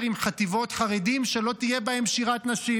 עם חטיבות חרדים שלא תהיה בהן שירת נשים.